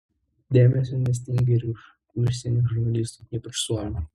dėmesio nestinga ir iš užsienio žurnalistų ypač suomių